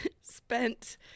spent